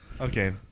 Okay